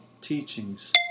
teachings